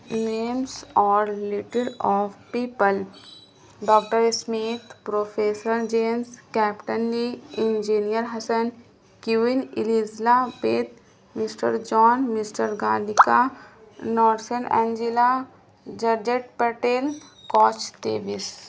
names اور little of people doctor Smith professor James captain Lee engineer Hasan Kevin Elizabeth mister John mister گالکا Narson Angela ججٹ پٹیل کاچ دیوس